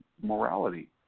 morality